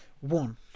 One